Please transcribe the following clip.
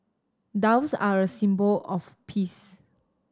doves are a symbol of peace